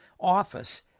office